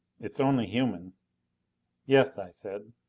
it's only human yes, i said.